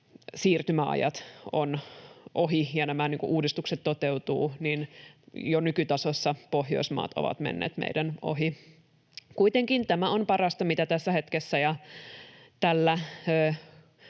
siirtymäajat ovat ohi ja nämä uudistukset toteutuvat, niin jo nykytasossa Pohjoismaat ovat menneet meidän ohi. Kuitenkin tämä on parasta, mitä tässä hetkessä ja tällä